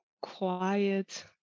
quiet